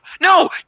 No